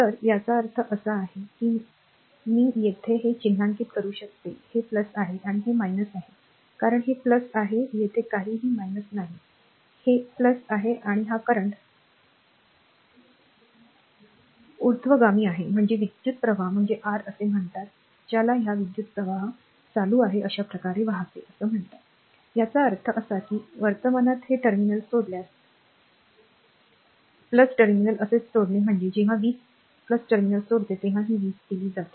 तर याचा अर्थ असा आहे की मी येथे हे चिन्हांकित करू शकते हे आहे आणि हे आहेकारण हे आहे तेथे काहीही नाहीहे आहे आणि हा करंट ऊर्ध्वगामी आहे म्हणजे विद्युत् प्रवाह म्हणजे r असे म्हणतात ज्याला या विद्युतप्रवाह चालू आहे अशा प्रकारे वाहते याचा अर्थ असा कीवर्तमानात हे टर्मिनल सोडल्यास टर्मिनल तसेच सोडणे म्हणजे जेव्हा वीज टर्मिनल सोडते तेव्हा ही वीज दिली जाते